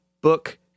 book